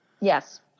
Yes